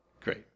Great